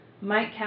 Mike